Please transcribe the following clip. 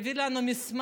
והוא הביא לנו מסמך,